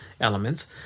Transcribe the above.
elements